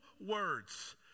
words